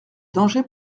danger